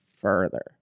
further